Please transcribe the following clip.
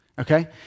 okay